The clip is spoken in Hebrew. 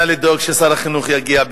נא לדאוג ששר החינוך יגיע.